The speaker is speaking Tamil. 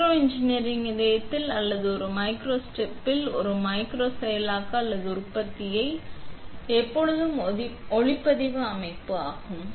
மைக்ரோ இன்ஜினியரிங் இதயத்தில் அல்லது ஒரு மைக்ரோசாப்டில் ஒரு மைக்ரோ செயலாக்க அல்லது உற்பத்தியை ஒரு மைக்ரோசாப்டின் இதயம் எப்பொழுதும் ஒரு ஒளிப்பதிவு அமைப்பு ஆகும்